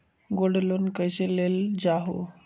Gold loan कईसे लेल जाहु?